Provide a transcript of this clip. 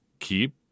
Keep